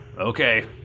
Okay